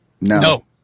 No